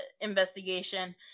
investigation